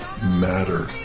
Matter